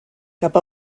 cap